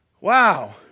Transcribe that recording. Wow